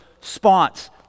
spots